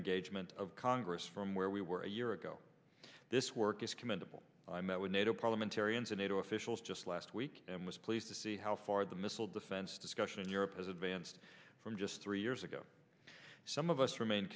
engagement of congress from where we were a year ago this work is commendable i met with nato parliamentarians a nato officials just last week and was pleased to see how far the missile defense discussion in europe has advanced from just three years ago some of us remain